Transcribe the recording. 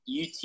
UT